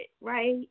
right